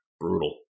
Brutal